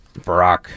Barack